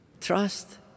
Trust